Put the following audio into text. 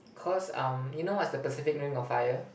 cause um you know what's the Pacific Ring of Fire